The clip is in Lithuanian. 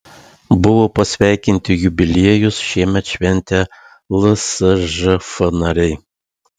buvo pasveikinti jubiliejus šiemet šventę lsžf nariai